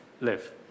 live